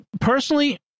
Personally